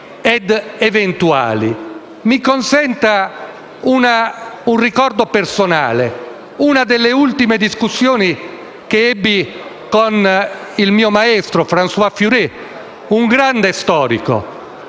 ed eventuali? Mi consenta un ricordo personale, risalente a una delle ultime discussioni che ebbi con il mio maestro François Furet. Era da poco